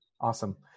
Awesome